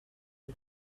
boy